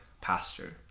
pastor